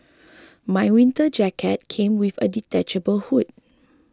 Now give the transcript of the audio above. my winter jacket came with a detachable hood